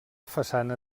façana